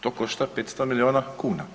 To košta 500 miliona kuna.